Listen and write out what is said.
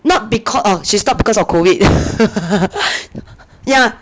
not becau- oh she stopped because of COVID